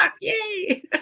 yay